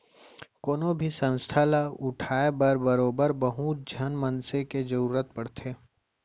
कोनो भी संस्था ल उठाय बर बरोबर बहुत झन मनसे के जरुरत पड़थे